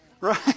Right